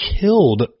killed